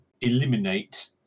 eliminate